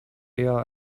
eher